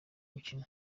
mukino